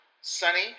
Sunny